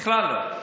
בכלל לא?